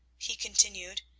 he continued,